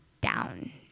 down